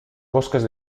bosques